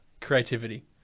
creativity